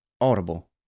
audible